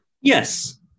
Yes